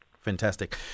Fantastic